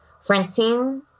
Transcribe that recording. Francine